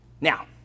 Now